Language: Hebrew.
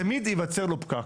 תמיד היווצר לו פקק.